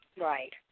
Right